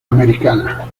americana